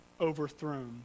overthrown